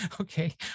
okay